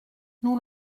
nous